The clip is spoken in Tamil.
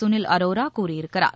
சுனில் அரோரா கூறியிருக்கிறார்